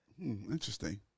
Interesting